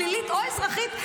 פלילית או אזרחית,